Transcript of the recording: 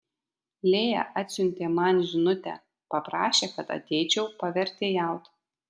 lėja atsiuntė man žinutę paprašė kad ateičiau pavertėjaut